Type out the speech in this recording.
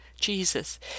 Jesus